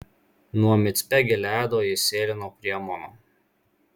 nuo micpe gileado jis sėlino prie amono